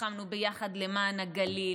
נלחמנו ביחד למען הגליל,